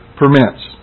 permits